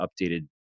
updated